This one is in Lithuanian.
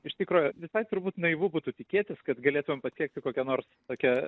iš tikro visai turbūt naivu būtų tikėtis kad galėtumėm pasiekti kokią nors tokią